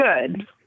good